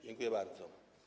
Dziękuję bardzo.